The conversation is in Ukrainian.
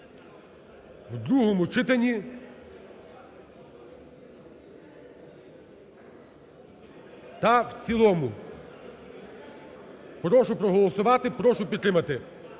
в другому читанні та в цілому. Прошу проголосувати, прошу підтримати.